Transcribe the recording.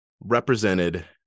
represented